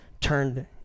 turned